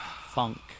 Funk